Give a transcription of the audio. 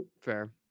Fair